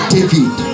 David